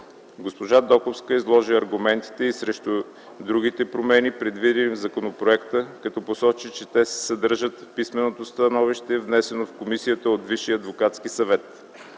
Госпожа Доковска изложи аргументи и срещу другите промени, предвидени в законопроекта, като посочи че те се съдържат в писменото становище, внесено в комисията от Висшия адвокатски съвет.